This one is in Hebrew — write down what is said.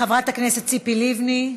חברת הכנסת ציפי לבני,